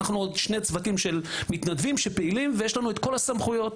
אנחנו שני צוותי מתנדבים שפעילים ויש לנו את כל הסמכויות,